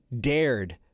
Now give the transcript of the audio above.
dared